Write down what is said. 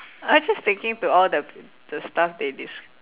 I just thinking to all the the stuff they des~